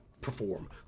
perform